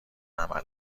عمل